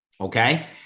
Okay